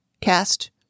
cast